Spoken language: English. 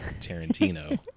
Tarantino